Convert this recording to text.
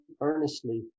earnestly